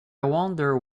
wonder